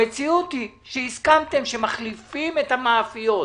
המציאות היא שהסכמתם שמחליפים את המאפיות.